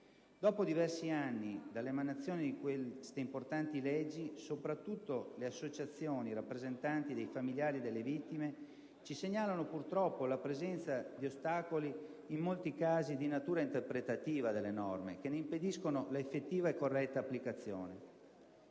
Dopo diversi anni dalla emanazione di queste importanti leggi, le associazioni rappresentanti dei familiari delle vittime, soprattutto, ci segnalano - purtroppo - la presenza di ostacoli, in molti casi di natura interpretativa delle norme, che ne impediscono la effettiva e corretta applicazione.